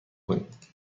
کنید